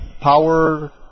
power